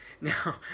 Now